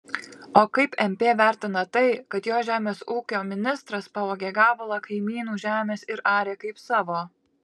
o kaip mp vertina tai kad jo žemės ūkio ministras pavogė gabalą kaimynų žemės ir arė kaip savo